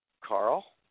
Carl